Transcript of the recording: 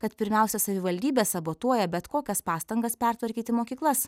kad pirmiausia savivaldybės sabotuoja bet kokias pastangas pertvarkyti mokyklas